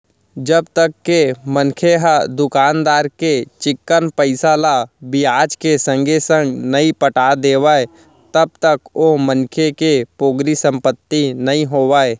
जब तक के मनखे ह दुकानदार के चिक्कन पइसा ल बियाज के संगे संग नइ पटा देवय तब तक ओ मनखे के पोगरी संपत्ति नइ होवय